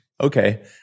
Okay